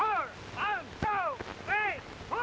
oh wow